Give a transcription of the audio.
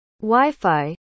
Wi-Fi